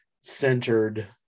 centered